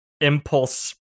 impulse